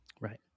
Right